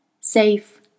safe